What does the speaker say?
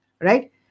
right